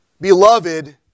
Beloved